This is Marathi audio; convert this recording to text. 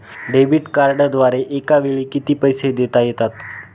डेबिट कार्डद्वारे एकावेळी किती पैसे देता येतात?